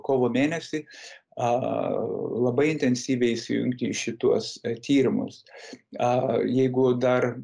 kovo mėnesį a labai intensyviai įsijungti į šituos tyrimus a jeigu dar